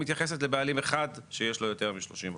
מתייחסת לבעלים אחד שיש לו יותר מ-30%.